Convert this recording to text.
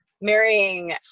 marrying